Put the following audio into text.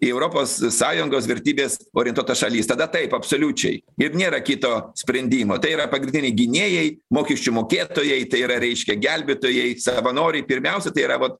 į europos sąjungos vertybes orientuota šalis tada taip absoliučiai ir nėra kito sprendimo tai yra pagrindiniai gynėjai mokesčių mokėtojai tai yra reiškia gelbėtojai savanoriai pirmiausia tai yra vat